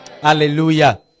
Hallelujah